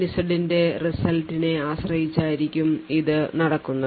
JNZ ന്റെ result നെ ആശ്രയിച്ചായിരിക്കും ഇതു നടക്കുന്നത്